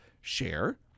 share